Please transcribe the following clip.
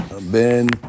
Ben